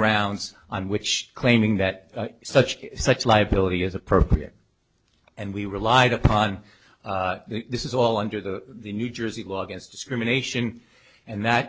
grounds on which claiming that such such liability is appropriate and we relied upon this is all under the new jersey law against discrimination and that